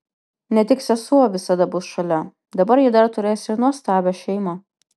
ne tik sesuo visada bus šalia dabar ji dar turės ir nuostabią šeimą